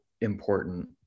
important